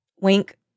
wink